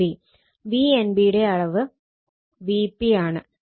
Vnb യുടെ അളവ് Vp ആണ്